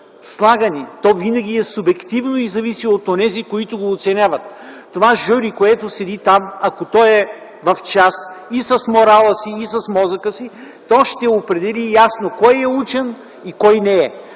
слагани, то винаги е субективно и зависи от онези, които го оценяват. Това жури, което седи там, ако то е в час и с морала си, и с мозъка си, то ще определи ясно кой е учен и кой не е.